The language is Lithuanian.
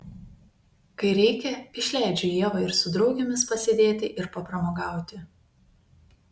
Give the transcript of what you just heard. kai reikia išleidžiu ievą ir su draugėmis pasėdėti ir papramogauti